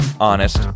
honest